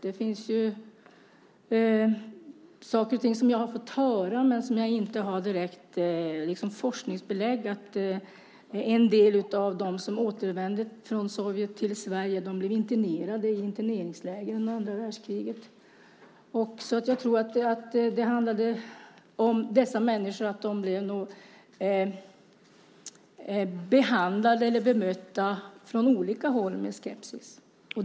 Det finns ju saker och ting som jag har fått höra men som jag inte direkt har forskningsbelägg för. En del av dem som återvände från Sovjet till Sverige blev internerade i interneringsläger under andra världskriget. Jag tror att det handlade om att dessa människor nog från olika håll blev behandlade eller bemötta med skepsis.